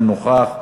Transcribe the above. איננו נוכח.